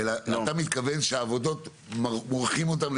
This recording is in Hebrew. אתה מתכוון ש"מורחים" את העבודות על